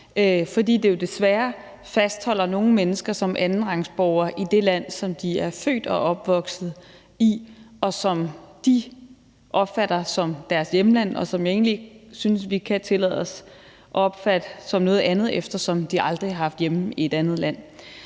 fordi det jo desværre fastholder nogle mennesker som andenrangsborgere i det land, som de er født og opvokset i, og som de opfatter som deres hjemland, og som jeg egentlig ikke synes vi kan tillade os at opfatte som noget andet, eftersom de aldrig haft hjemme i et andet land.